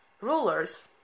rulers